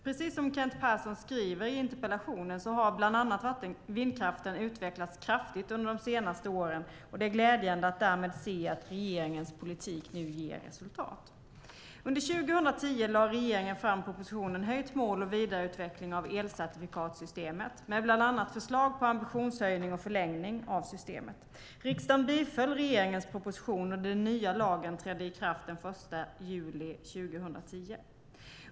Precis som Kent Persson skriver i interpellationen har bland annat vindkraften utvecklats kraftigt under de senaste åren, och det är glädjande att därmed se att regeringens politik ger resultat. Under 2010 lade regeringen fram propositionen Höjt mål och vidareutveckling av elcertifikatssystemet med bland annat förslag på ambitionshöjning och förlängning av systemet. Riksdagen biföll regeringens proposition, och den nya lagen trädde i kraft den 1 juli 2010.